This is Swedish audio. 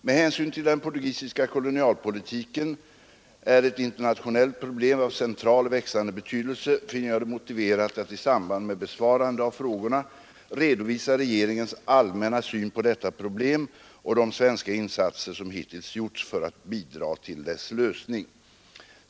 Med hänsyn till att den portugisiska kolonialpolitiken är ett internationellt problem av central och växande betydelse, finner jag det motiverat att i samband med besvarande av frågorna redovisa regeringens allmänna syn på detta problem och de svenska insatser som hittills gjorts för att bidra till dess lösning.